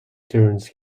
turns